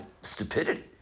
stupidity